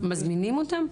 מזמינים אותם?